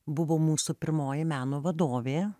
buvo mūsų pirmoji meno vadovė